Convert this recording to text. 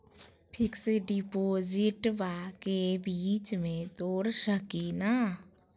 Fix डिपोजिटबा के बीच में तोड़ सकी ना?